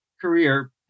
career